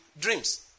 dreams